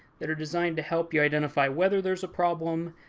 that are designed to help you identify whether there's a problem,